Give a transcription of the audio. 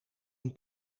een